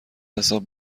حساب